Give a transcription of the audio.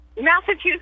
Massachusetts